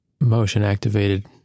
motion-activated